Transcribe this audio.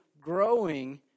growing